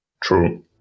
True